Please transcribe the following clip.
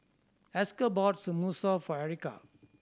Esker bought Samosa for Erica